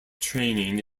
training